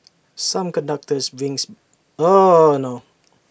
some conductors brings oh no